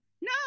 No